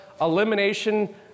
Elimination